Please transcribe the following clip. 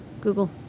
Google